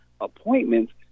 appointments